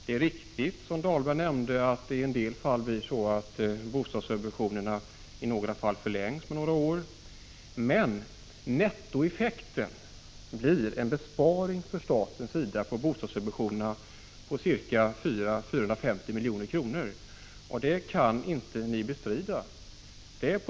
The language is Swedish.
Det är riktigt, som Rolf Dahlberg säger, att bostadssubventionerna i en del fall förlängs med några år, men nettoeffekten blir en besparing för staten på bostadssubventionerna på ca 400-450 milj.kr. Det kan ni inte bestrida.